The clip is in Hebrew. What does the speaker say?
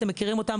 אתם מכירים אותן.